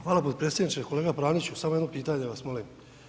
Hvala potpredsjedniče, kolega Praniću samo jedno pitanje vas molim.